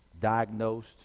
diagnosed